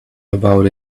about